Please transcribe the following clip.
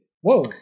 whoa